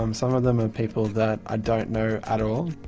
um some of them are people that i don't know at all,